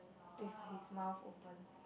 ya his mouth open